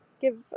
give